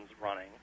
running